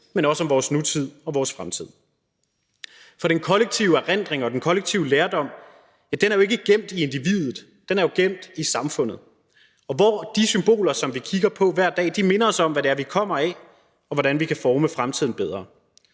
men også om vores nutid og vores fremtid. For den kollektive erindring og den kollektive lærdom er jo ikke gemt i individet, men den er jo gemt i samfundet, og hvor de symboler, som vi kigger på hver dag, minder os om, hvad det er, vi kommer af, og hvordan vi kan forme fremtiden bedre.